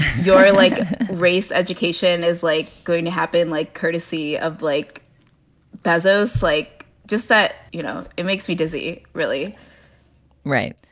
you're like race. education is like going to happen like courtesy of like bezos. like just that, you know, it makes me dizzy. really right.